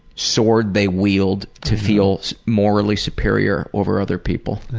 sword they wield to feel morally superior over other people.